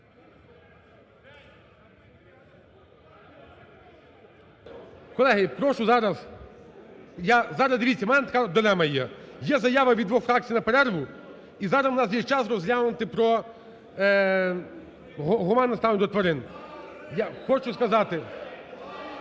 Колеги, прошу зараз… дивіться у мене така дилема є, є заява від двох фракцій на перерву і зараз у нас є час розглянути про гуманне ставлення до тварин. Я хочу сказати…